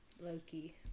Loki